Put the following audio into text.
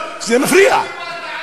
זה מפריע,